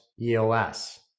EOS